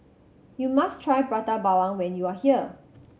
you must try Prata Bawang when you are here